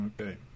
Okay